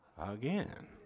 again